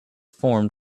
formed